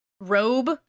robe